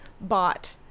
bought